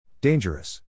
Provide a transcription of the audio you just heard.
Dangerous